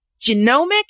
genomic